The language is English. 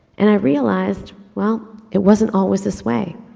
and i realized, well, it wasn't always this way.